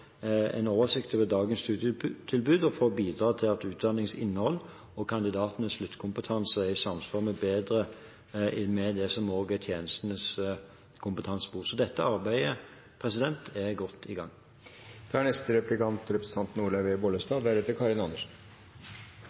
en oversikt over dagens studietilbud og for å bidra til at utdanningsinnhold og kandidatenes sluttkompetanse er i samsvar med det som er tjenestenes kompetansebehov. Dette arbeidet er godt i gang. Det er